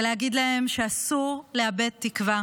ולהגיד להם שאסור לאבד תקווה